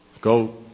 Go